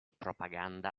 propaganda